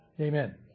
Amen